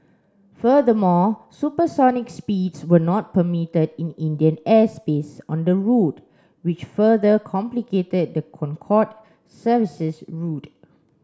furthermore supersonic speeds were not permitted in Indian airspace on the route which further complicated the Concorde service's route